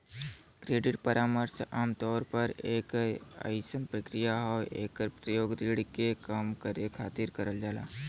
credit परामर्श आमतौर पर एक अइसन प्रक्रिया हौ एकर प्रयोग ऋण के कम करे खातिर करल जाला